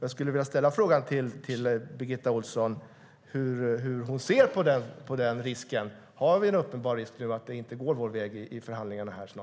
Jag vill fråga Birgitta Ohlsson hur hon ser på den risken. Har vi en uppenbar risk att det inte går vår väg i förhandlingarna?